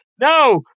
no